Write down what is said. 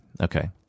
Okay